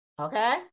Okay